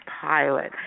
pilot